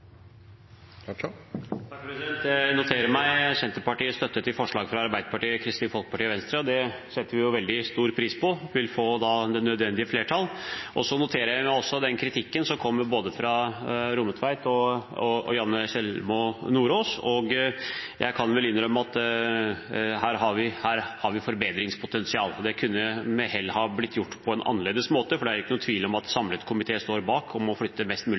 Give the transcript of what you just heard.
Jeg noterer meg Senterpartiets støtte til forslag fra Arbeiderpartiet, Kristelig Folkeparti og Venstre. Det setter vi jo veldig stor pris på, de vil da få det nødvendige flertall. Så noterer jeg meg også den kritikken som kom fra både Rommetveit og Janne Sjelmo Nordås, og jeg kan vel innrømme at her har vi forbedringspotensial. Det kunne med hell ha blitt gjort på en annerledes måte, for det er ikke noen tvil om at en samlet komité står bak det å flytte mest mulig